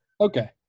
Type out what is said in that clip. Okay